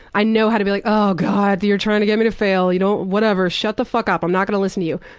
i know how to be like, oh god, you're trying to get me to fail. you don't whatever, shut the fuck up. i'm not gonna listen to you.